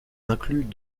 incluent